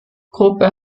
gruppe